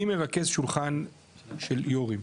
אני מרכז שולחן של יו"רים,